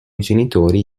genitori